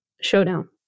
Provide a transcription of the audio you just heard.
Showdown